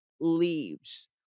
leaves